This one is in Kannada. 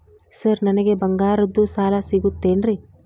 ಸರ್ ನನಗೆ ಬಂಗಾರದ್ದು ಸಾಲ ಸಿಗುತ್ತೇನ್ರೇ?